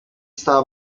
stava